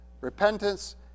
Repentance